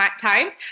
times